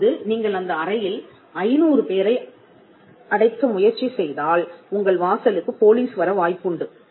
இப்போது நீங்கள் அந்த அறையில் 500 பேரை அடக்க முயற்சி செய்தால் உங்கள் வாசலுக்கு போலீஸ் வர வாய்ப்புண்டு